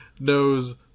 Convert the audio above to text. knows